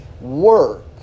Work